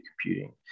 computing